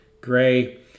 Gray